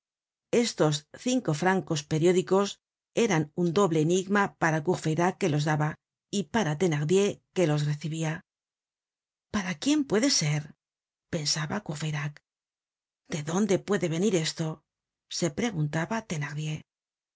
estos cinco francos periódicos eran un doble enigma para courfeyrac que los daba y para thenardier que los recibia para quién puede ser pensaba courfeyrac de dónde puede venir esto se preguntaba